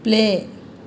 play